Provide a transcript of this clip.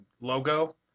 logo